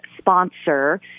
sponsor